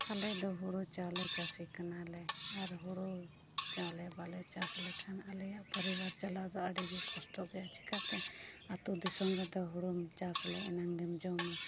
ᱟᱞᱮ ᱫᱚ ᱦᱩᱲᱩ ᱪᱟᱣᱞᱮ ᱪᱟᱥᱤ ᱠᱟᱱᱟᱞᱮ ᱟᱨ ᱦᱩᱲᱩ ᱪᱟᱣᱞᱮ ᱵᱟᱞᱮ ᱪᱟᱥ ᱞᱮᱠᱷᱟᱱ ᱟᱞᱮᱭᱟᱜ ᱯᱚᱨᱤᱵᱟᱨ ᱪᱟᱞᱟᱣ ᱫᱚ ᱟᱹᱰᱤᱜᱮ ᱠᱚᱥᱴᱚ ᱜᱮᱭᱟ ᱪᱤᱠᱟᱹᱛᱮ ᱟᱛᱳ ᱫᱤᱥᱚᱢ ᱨᱮᱫᱚ ᱦᱩᱲᱩᱢ ᱪᱟᱥ ᱞᱮ ᱮᱱᱟᱝ ᱜᱮᱢ ᱡᱚᱢᱟ